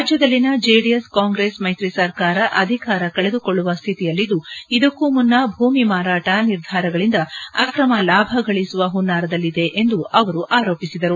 ರಾಜ್ಯದಲ್ಲಿನ JDS Congress ಮೈತ್ರಿ ಸರ್ಕಾರ ಅಧಿಕಾರ ಕಳೆದುಕೊಳ್ಳುವ ಸ್ಥಿತಿಯಲ್ಲಿದ್ದು ಇದಕ್ಕೂ ಮುನ್ನ ಭೂಮಿ ಮಾರಾಟ ನಿರ್ಧಾರಗಳಿಂದ ಅಕ್ರಮ ಲಾಭ ಗಳಿಸುವ ಹುನ್ನಾರದಲ್ಲಿದೆ ಎಂದು ಅವರು ಆರೋಪಿಸಿದರು